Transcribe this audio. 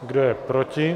Kdo je proti?